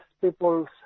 people's